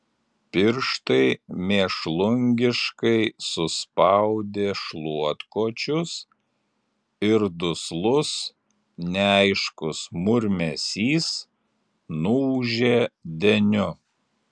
pirštai mėšlungiškai suspaudė šluotkočius ir duslus neaiškus murmesys nuūžė deniu